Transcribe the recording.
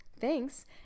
Thanks